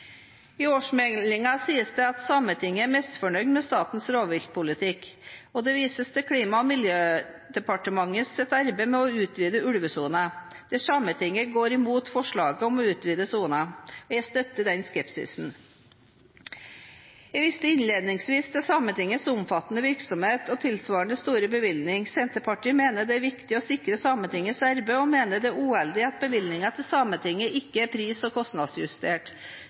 I årsmeldingen sies det at Sametinget er misfornøyd med statens rovviltpolitikk. Det vises til Klima- og miljødepartementets arbeid med å utvide ulvesonen, hvor Sametinget går imot forslaget om å utvide sonen. Jeg støtter denne skepsisen. Jeg viste innledningsvis til Sametingets omfattende virksomhet og tilsvarende store bevilgninger. Senterpartiet mener det er viktig å sikre Sametingets arbeid, og mener det er uheldig at bevilgningene til Sametinget ikke er pris- og